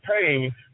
pain